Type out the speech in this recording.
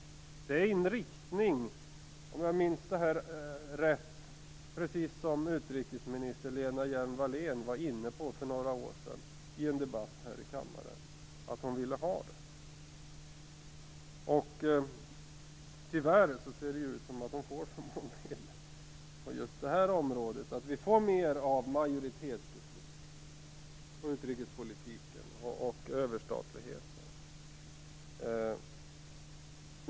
Det är en riktning, om jag minns det här rätt, som utrikesminister Lena Hjelm-Wallén i en debatt här i kammaren för några år sedan var inne på att hon ville ha. Tyvärr ser det ut som om hon får som hon vill på just det här området. Vi får mer av majoritetsbeslut och överstatlighet inom utrikespolitiken.